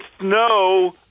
snow